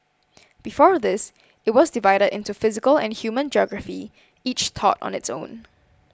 before this it was divided into physical and human geography each taught on its own